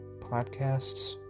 podcasts